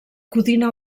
codina